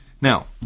Now